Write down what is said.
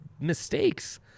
mistakes